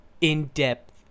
in-depth